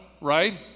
right